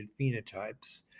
phenotypes